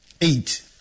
eight